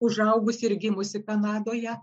užaugusi ir gimusi kanadoje